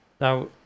Now